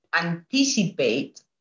anticipate